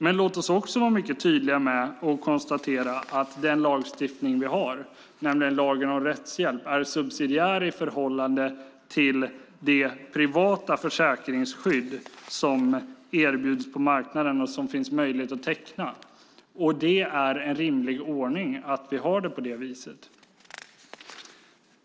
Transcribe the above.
Men låt oss också konstatera att den lagstiftning vi har, nämligen lagen om rättshjälp, är subsidiär i förhållande till det privata försäkringsskydd som erbjuds på marknaden och som finns möjligt att teckna. Det är en rimlig ordning att vi har det på det viset.